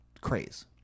craze